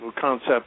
concept